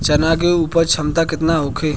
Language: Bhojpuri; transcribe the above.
चना के उपज क्षमता केतना होखे?